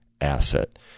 asset